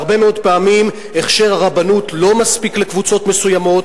בהרבה מאוד פעמים הכשר הרבנות לא מספיק לקבוצות מסוימות,